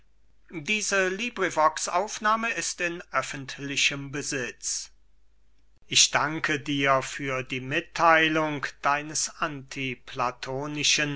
kleonidas an aristipp ich danke dir für die mittheilung deines